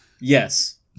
Yes